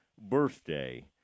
birthday